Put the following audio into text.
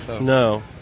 No